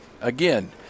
Again